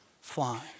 fly